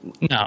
no